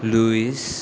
Luis